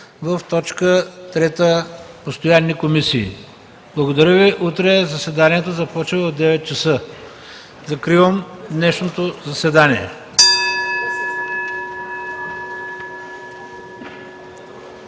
на точка трета „Постоянни комисии”. Благодаря Ви. Утре заседанието започва в 9,00 ч. Закривам днешното заседание.